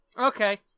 okay